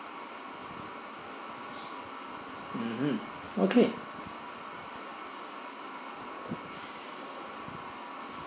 mmhmm okay